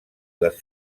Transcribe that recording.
les